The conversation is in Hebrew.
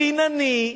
חינני,